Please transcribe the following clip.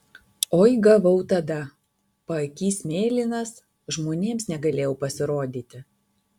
oi gavau tada paakys mėlynas žmonėms negalėjau pasirodyti